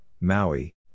Maui